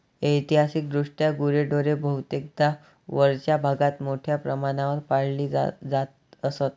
ऐतिहासिकदृष्ट्या गुरेढोरे बहुतेकदा वरच्या भागात मोठ्या प्रमाणावर पाळली जात असत